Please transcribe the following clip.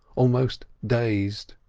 almost dazed.